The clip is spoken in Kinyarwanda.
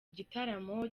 igitaramo